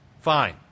Fine